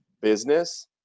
business